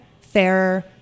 fairer